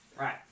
right